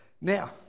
Now